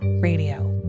radio